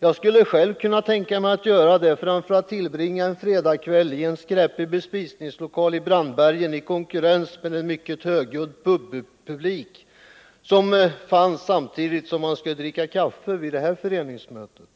Jag skulle själv kunna tänka mig att göra det framför att tillbringa en fredagskväll i en skräpig bespisningslokal i Brandbergen i konkurrens med en mycket högljudd pubpublik, där man har att intaga det traditionella kaffet vid föreningsmötet.